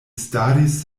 staris